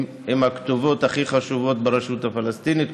עם הכתובות הכי חשובות ברשות הפלסטינית,